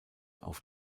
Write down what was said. auf